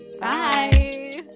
Bye